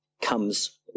comes